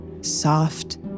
soft